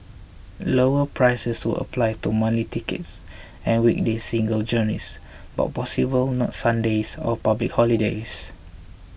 lower prices would apply to monthly tickets and weekday single journeys but possibly not Sundays or public holidays